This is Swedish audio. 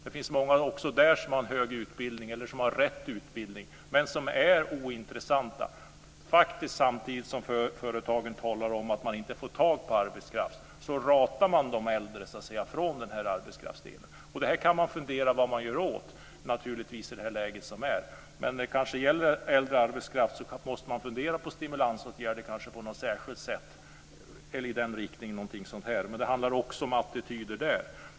Det finns många som har hög utbildning eller rätt utbildning där också, men som är ointressanta. Samtidigt som företagen talar om att man inte får tag på arbetskraft så ratar man de äldre. Man kan fundera på vad man ska göra åt detta. När det gäller äldre arbetskraft måste man kanske fundera på särskilda stimulansåtgärder. Men det handlar också om attityder där.